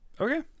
okay